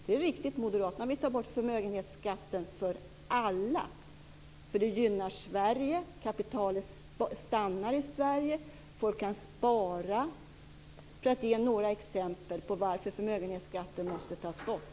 Det är riktigt att Moderaterna vill ta bort förmögenhetsskatten för alla. Det gynnar Sverige. Kapitalet stannar i Sverige. Folk kan spara. Det är några exempel på varför förmögenhetsskatten måste tas bort.